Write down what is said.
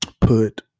put